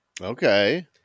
Okay